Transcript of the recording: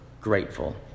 grateful